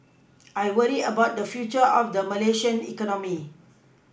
I worry about the future of the Malaysian economy